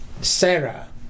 Sarah